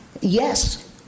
yes